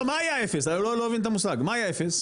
מה היה אפס אני לא מבין את המושג, מה היה אפס?